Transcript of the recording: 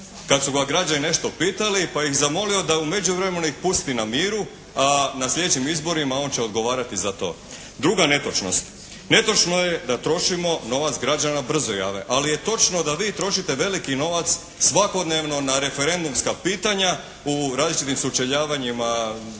kad su građani nešto pitali pa ih zamolio da u međuvremenu ih pusti na miru a na slijedećim izborima on će odgovarati za to. Druga netočnost. Netočno je da trošimo novac građana na brzojave, ali je točno da vi trošite veliki novac svakodnevno na referendumska pitanja u različitim sučeljavanjima